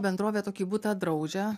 bendrovė tokį butą draudžia